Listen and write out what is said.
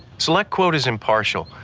selectquote is impartial.